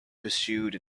pursued